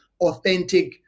authentic